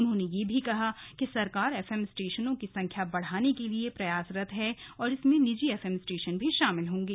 उन्होंने यह भी कहा कि सरकार एफएम स्टेशनों की संख्या बढ़ाने के लिए प्रयासरत है और इसमें निजी एफएम भी शामिल होंगे